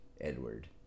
edward